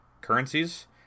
currencies